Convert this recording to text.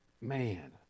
Man